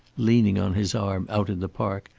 leaning on his arm out in the park,